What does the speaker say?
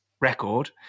record